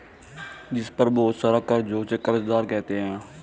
जिस पर बहुत सारा कर्ज हो उसे कर्जदार कहते हैं